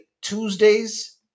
Tuesdays